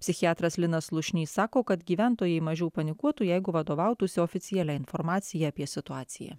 psichiatras linas slušnys sako kad gyventojai mažiau panikuotų jeigu vadovautųsi oficialia informacija apie situaciją